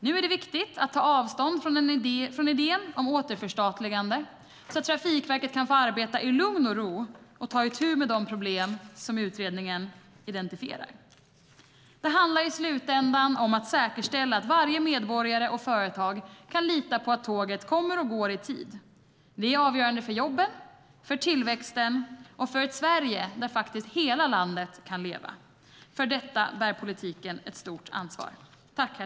Nu är det viktigt att ta avstånd från idén om återförstatligande, så att Trafikverket kan få arbeta i lugn och ro och ta itu med de problem som utredningen identifierar. Det handlar i slutändan om att säkerställa att varje medborgare och företag kan lita på att tåget kommer och går i tid. Det är avgörande för jobben, för tillväxten och för ett Sverige där hela landet kan leva. För detta bär politiken ett stort ansvar.